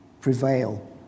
prevail